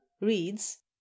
reads